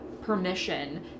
permission